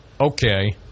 okay